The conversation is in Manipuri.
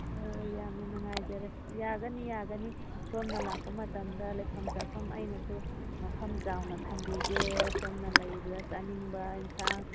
ꯑꯣ ꯌꯥꯝꯅ ꯅꯨꯡꯉꯥꯏꯖꯔꯦ ꯌꯥꯒꯅꯤ ꯌꯥꯒꯅꯤ ꯁꯣꯝꯅ ꯂꯥꯛꯄ ꯃꯇꯝꯗ ꯂꯩꯐꯝ ꯆꯥꯐꯝ ꯑꯩꯅꯁꯨ ꯃꯐꯝ ꯆꯥꯎꯅ ꯊꯝꯕꯤꯒꯦ ꯁꯣꯝꯅ ꯂꯩꯕꯗ ꯆꯥꯅꯤꯡꯕ ꯌꯦꯟꯁꯥꯡ